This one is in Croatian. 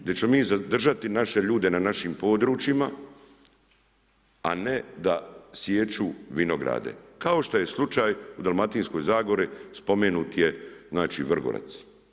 Gdje ćemo mi zadržati naše ljude na našim područjima, a ne da sječu vinograde, kao što je slučaj u dalmatinskoj zagori, spomenut je Vrgorac.